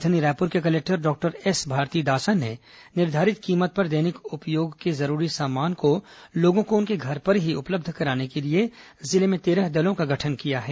राजधानी रायपुर के collector doctor S Bharathidasan ने निर्धारित कीमत पर दैनिक उपयो के जरूरी सामान को लोगों को उनके घर पर ही उपलब्ध कराने के लिए जिले में तेरह दलों का गठन किया है